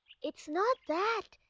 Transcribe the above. it's not that.